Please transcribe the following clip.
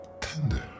tender